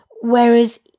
Whereas